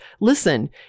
Listen